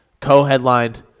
co-headlined